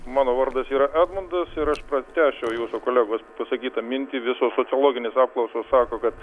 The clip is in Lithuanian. mano vardas yra edmundas ir aš pratęsčiau jūsų kolegos pasakytą mintį visos sociologinės apklausos sako kad